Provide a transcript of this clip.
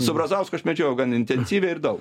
su brazausku aš medžiojau gan intensyviai ir daug